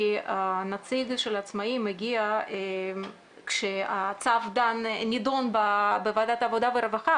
כי הנציג של העצמאים הגיע כשהצו נידון בוועדת העבודה הרווחה,